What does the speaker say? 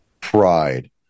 Pride